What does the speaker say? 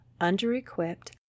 under-equipped